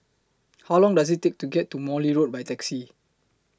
How Long Does IT Take to get to Morley Road By Taxi